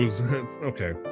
okay